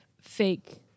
fake